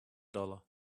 dollar